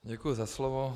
Děkuju za slovo.